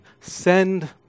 send